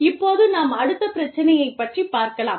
இப்போது நாம் அடுத்த பிரச்சனையைப் பற்றிப் பார்க்கலாம்